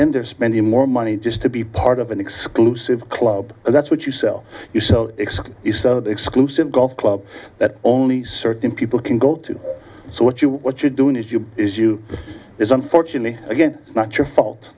then they're spending more money just to be part of an exclusive club and that's what you sell you so expect is the exclusive golf club that only certain people can go to so what you what you're doing is you is you is unfortunately again not your fault